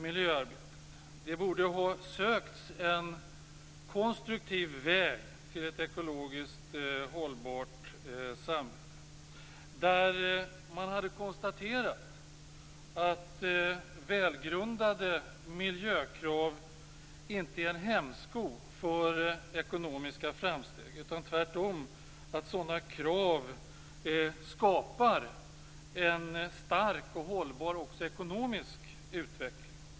Det borde ha sökts en konstruktiv väg till ett ekologiskt hållbart samhälle där välgrundade miljökrav inte utgör en hämsko för ekonomiska framsteg. Tvärtom skapar sådana krav en stark och hållbar ekonomisk utveckling.